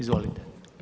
Izvolite.